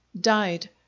died